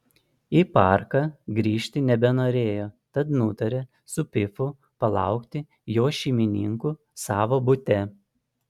į parką grįžti nebenorėjo tad nutarė su pifu palaukti jo šeimininkų savo bute